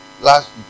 Last